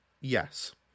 Yes